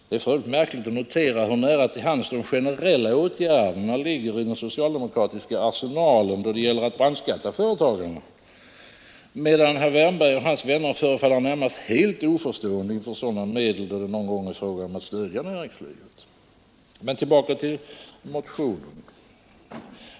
Det är för övrigt märkligt att notera, hur nära till hands de generella åtgärderna ligger i den socialdemokratiska arsenalen då det gäller att brandskatta företagarna, medan herr Wärnberg och hans vänner förefaller närmast helt oförstående inför sådana medel, då det någon gång är fråga om att stödja näringslivet. Nu tillbaka till motionen!